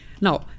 Now